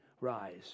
rise